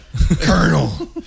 Colonel